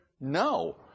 no